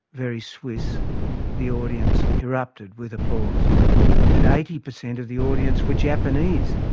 very swiss the audience erupted with applause and eighty percent of the audience were japanese,